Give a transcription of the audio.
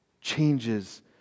changes